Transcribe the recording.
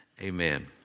Amen